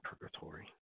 purgatory